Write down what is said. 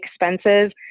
expenses